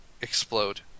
explode